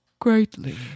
greatly